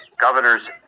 Governors